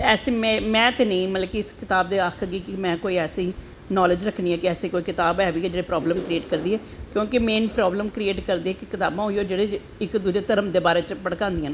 में ते नी ऐसी कताब कोई आखगी कि नॉलेज़ रक्खनी आं कि कताब ऐ जेह्ड़ी प्रॉवलम क्रियेट करदी ऐ क्योंकि मेन प्रावलम क्रियेट करियां उऐ कताबां की जेह्ड़ियां इक दुऐ धर्म दै बारै च भड़कांदियां न